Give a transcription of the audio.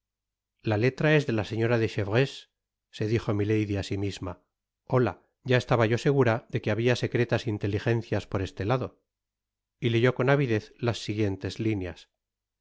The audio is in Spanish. la letra es de la señora de chevreuse se dijo milady á si misma holal ya estaba yo segura de que habia secretas inteligencias por este lado y leyó con avidez las siguientes lineas